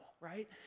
right